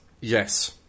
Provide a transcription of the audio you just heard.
Yes